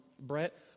Brett